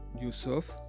Yusuf